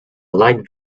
light